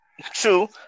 True